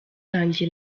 yanjye